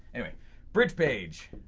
anyway bridge page.